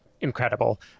incredible